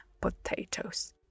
potatoes